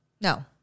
No